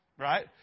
Right